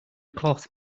cloth